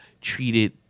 treated